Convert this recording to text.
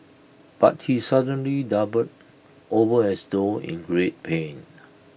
but he suddenly doubled over as though in great pain